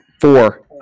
Four